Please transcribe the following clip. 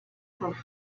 prove